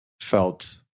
felt